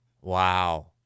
Wow